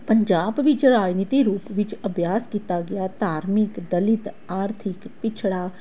ਪੰਜਾਬ ਵਿੱਚ ਰਾਜਨੀਤੀ ਰੂਪ ਵਿੱਚ ਅਭਿਆਸ ਕੀਤਾ ਗਿਆ ਧਾਰਮਿਕ ਦਲਿਤ ਆਰਥਿਕ ਪਿਛੜਾ